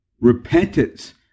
repentance